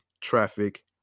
traffic